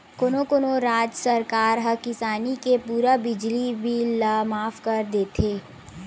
कोनो कोनो राज सरकार ह किसानी के पूरा बिजली बिल ल माफ कर देथे